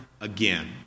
again